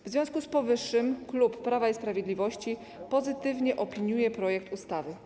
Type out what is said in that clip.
W związku z powyższym klub Prawa i Sprawiedliwości pozytywnie opiniuje projekt ustawy.